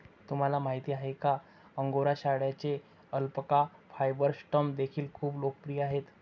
तुम्हाला माहिती आहे का अंगोरा शेळ्यांचे अल्पाका फायबर स्टॅम्प देखील खूप लोकप्रिय आहेत